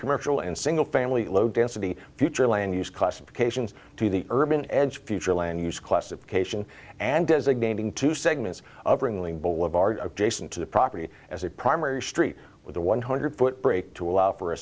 commercial and single family low density future land use classifications to the urban edge future land use classification and designating two segments of ringling boulevard adjacent to the property as a primary street with a one hundred foot break to allow for a